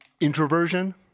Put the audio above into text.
introversion